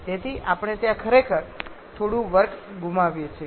તેથી આપણે ત્યાં ખરેખર થોડું વર્ક ગુમાવીએ છીએ